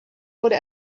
wurde